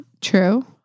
true